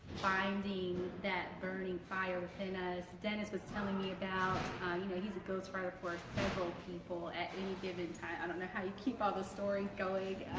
finding that burning fire within us dennis was telling me about you know he's a ghostwriter for several people at any given time i don't know how you keep all those stories going!